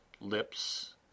lips